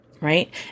right